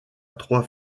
trois